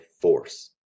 force